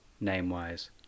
name-wise